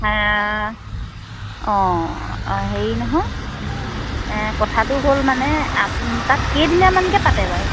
অঁ হেৰি নহয় কথাটো হ'ল মানে আপ তাত কেইদিনীয়ামানকৈ পাতে বাৰু